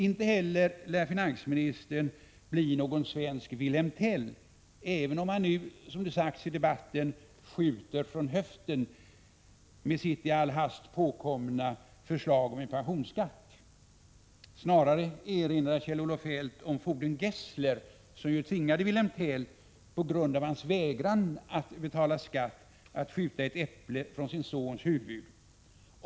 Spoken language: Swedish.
Inte heller lär finansministern bli någon svensk Wilhelm Tell, även om han nu, som det sagts i debatten, skjuter från höften med sitt i all hast påkomna förslag om en pensionsskatt. Snarare erinrar Kjell-Olof Feldt om fogden Gessler, som på grund av Wilhelm Tells vägran att betala skatt tvingade honom att skjuta bort ett äpple från sin sons huvud.